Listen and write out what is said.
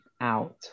out